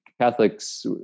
catholics